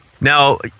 Now